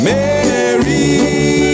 Mary